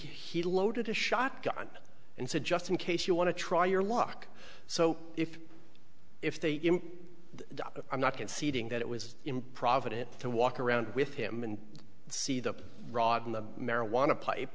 he loaded a shotgun and said just in case you want to try your luck so if if they if i'm not conceding that it was improvident to walk around with him and see the rod in the marijuana pipe